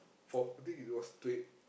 four I think it was twen~